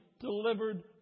delivered